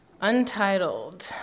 Untitled